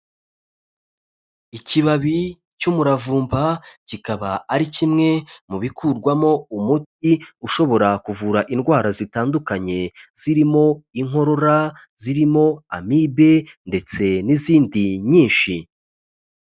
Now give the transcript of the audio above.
Ikibabi cy'umuravumba kikaba ari kimwe mu bikurwamo umuti ushobora kuvura indwara zitandukanye, zirimo inkorora, zirimo amibe ndetse n'izindi nyinshi.